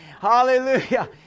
Hallelujah